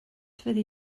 fyddi